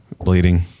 bleeding